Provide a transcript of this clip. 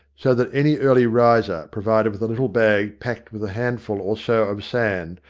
so that any early riser provided with a little bag packed with a handful or so of sand,